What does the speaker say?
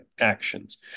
actions